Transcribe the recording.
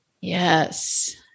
Yes